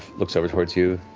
looks over towards you.